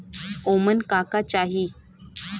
ओमन का का चाही?